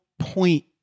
point